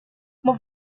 uma